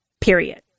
Period